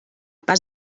pas